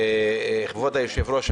כבוד היושב-ראש,